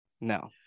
No